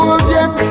again